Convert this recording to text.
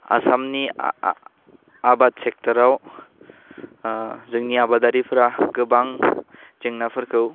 आसामनि आबाद सेक्टराव ओह जोंनि आबादारिफोरा गोबां जेंनाफोरखौ